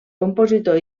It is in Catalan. compositor